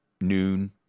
noon